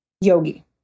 yogi